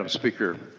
um speaker.